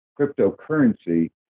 cryptocurrency